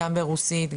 גם ברוסית,